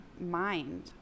mind